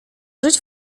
żyć